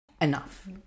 enough